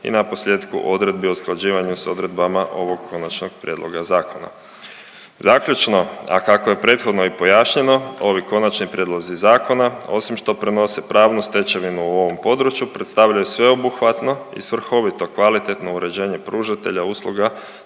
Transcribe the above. i na posljetku odredbi o usklađivanju s odredbama ovog konačnog prijedloga zakona. Zaključno, a kako je prethodno i pojašnjeno ovi konačni prijedlozi zakona osim što prenose pravnu stečevinu u ovom području predstavljaju sveobuhvatno i svrhovito kvalitetno uređenje pružatelja usluga